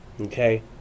Okay